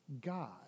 God